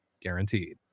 guaranteed